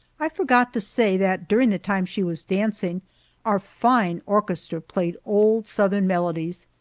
i forgot to say that during the time she was dancing our fine orchestra played old southern melodies.